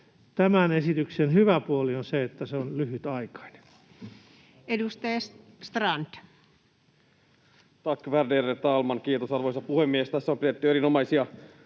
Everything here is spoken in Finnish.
Tämän esityksen hyvä puoli on se, että se on lyhytaikainen. Edustaja Strand. Tack, värderade talman! Kiitos, arvoisa puhemies! Tässä on pidetty erinomaisia